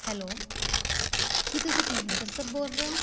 hello ਕੀ ਤੁਸੀਂ Kulwinder sir ਬੋਲ ਰਹੇ ਹੋ